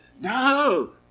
No